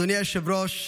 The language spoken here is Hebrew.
אדוני היושב-ראש,